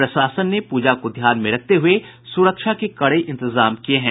प्रशासन ने पूजा को ध्यान मे रखते हुए सुरक्षा के कड़े इंतजाम किए हैं